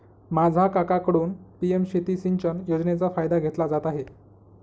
माझा काकांकडून पी.एम शेती सिंचन योजनेचा फायदा घेतला जात आहे